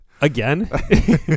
again